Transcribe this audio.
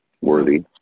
worthy